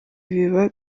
biba